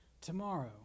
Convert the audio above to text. tomorrow